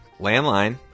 Landline